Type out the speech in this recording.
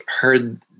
heard